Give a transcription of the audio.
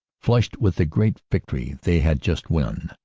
flushed with the great victory they had just won,